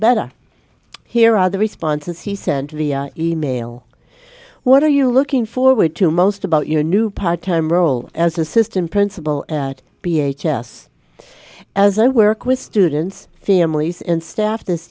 better here are the responses he sent via e mail what are you looking forward to most about your new part time role as assistant principal at b h s as i work with students families and staff this